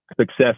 success